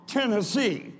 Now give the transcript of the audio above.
Tennessee